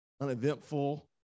uneventful